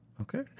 Okay